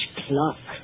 clock